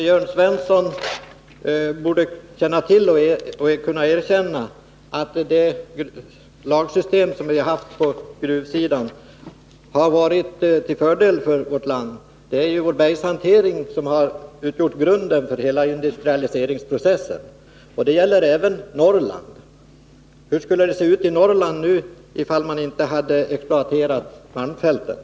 Herr talman! Jag tycker att Jörn Svensson borde kunna erkänna att det lagsystem som vi haft på gruvsidan har varit till fördel för vårt land. Det är ju vår bergshantering som har utgjort grunden för hela industrialiseringsprocessen — det gäller även Norrland. Hur skulle det ha sett ut i Norrland nu, ifall man inte hade exploaterat malmfälten?